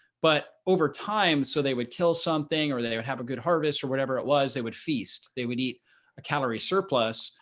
but over time, so they would kill something or they they would have a good harvest or whatever it was, they would feast, they would eat a calorie surplus,